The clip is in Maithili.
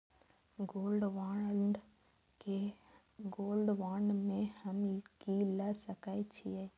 गोल्ड बांड में हम की ल सकै छियै?